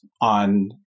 on